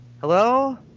Hello